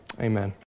amen